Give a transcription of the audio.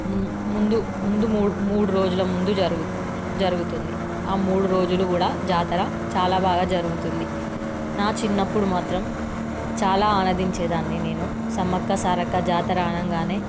ముందు ముందు మూడు మూడు రోజుల ముందు జరుగు జరుగుతుంది ఆ మూడు రోజులు కూడా జాతర చాలా బాగా జరుగుతుంది నా చిన్నప్పుడు మాత్రం చాలా ఆరాధించేదాన్ని నేను సమ్మక్క సారక్క జాతర అనగానే